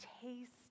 taste